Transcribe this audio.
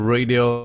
Radio